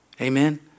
Amen